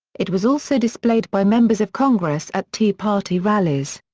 it was also displayed by members of congress at tea party rallies.